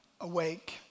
awake